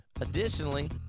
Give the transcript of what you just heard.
Additionally